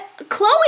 Chloe